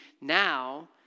Now